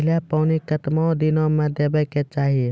पहिल पानि कतबा दिनो म देबाक चाही?